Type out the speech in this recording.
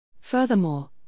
Furthermore